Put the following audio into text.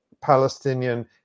Palestinian